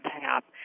tap